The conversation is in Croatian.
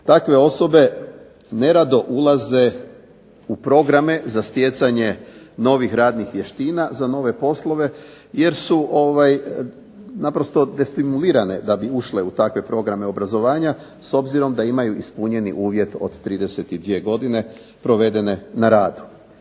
Takve osobe nerado ulaze u programe za stjecanje novih radnih vještina, za nove poslove, jer su naprosto destimulirane da bi ušle u takve programe obrazovanja, s obzirom da imaju ispunjeni uvjet od 32 godine provedene na radu.